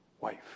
wife